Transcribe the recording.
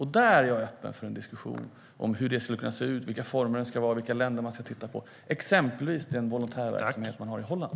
Jag är öppen för en diskussion om hur det skulle kunna se ut, vilka former det ska ha och vilka länder man ska titta på - exempelvis den volontärverksamhet man har i Holland.